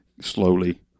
slowly